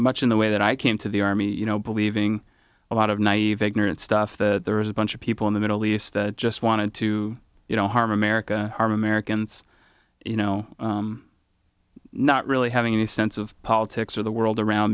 much in the way that i came to the army you know believing a lot of naive ignorant stuff that there was a bunch of people in the middle east that just wanted to you know harm america harm americans you know not really having any sense of politics or the world around